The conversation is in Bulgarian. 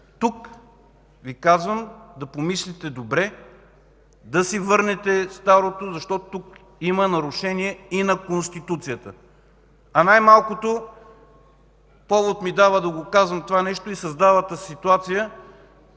Тук Ви казвам – да помислите добре, да си върнете старото, защото има нарушение и на Конституцията. А най-малкото повод ми дава да казвам това нещо и създалата се ситуация